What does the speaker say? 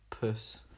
Puss